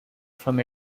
from